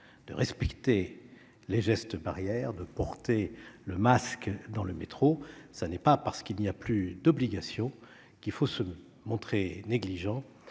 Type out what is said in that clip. de respecter les gestes barrières et de porter le masque dans le métro. Ce n'est pas parce qu'il n'y a plus d'obligation qu'il faut faire preuve de négligence